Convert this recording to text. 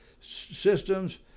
systems